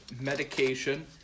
medication